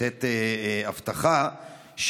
לתת הבטחה,